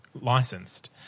licensed